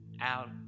out